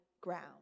ground